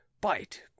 bite